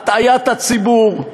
הטעיית הציבור,